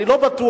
אני לא בטוח,